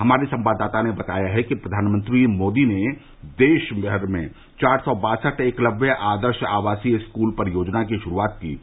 हमारे संवाददाता ने बताया है कि प्रधानमंत्री मोदी ने देशमर में चार सौ बासठ एकलव्य आदर्श आवासीय स्कूल परियोजना की शुरूआत की